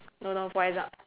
no no for exa~